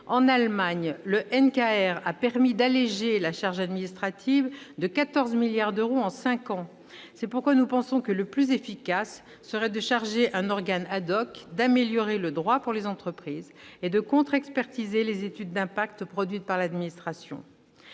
En Allemagne, le, le NKR, a permis d'alléger la charge administrative de 14 milliards d'euros en cinq ans. C'est pourquoi nous pensons que le plus efficace serait de charger un organe d'améliorer le droit pour les entreprises et de procéder à la contre-expertise des études d'impact produites par l'administration.